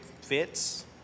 fits